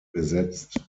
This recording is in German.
besetzt